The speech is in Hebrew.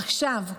עכשיו,